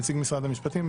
נציג משרד המשפטים,